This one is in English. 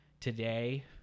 today